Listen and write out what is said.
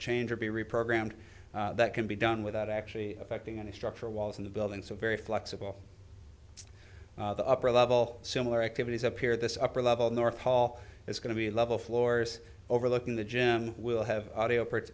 change or be reprogrammed that can be done without actually affecting any structural walls in the building so very flexible the upper level similar activities up here this upper level north hall is going to be level floors overlooking the gym will have audio